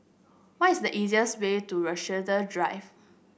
what is the easiest way to Rochester Drive